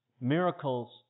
Miracles